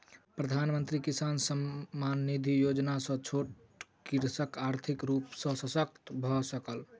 प्रधानमंत्री किसान सम्मान निधि योजना सॅ छोट कृषक आर्थिक रूप सॅ शशक्त भअ सकल